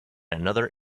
another